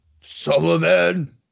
Sullivan